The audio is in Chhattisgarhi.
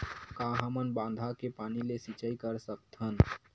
का हमन बांधा के पानी ले सिंचाई कर सकथन?